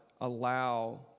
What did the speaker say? allow